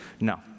No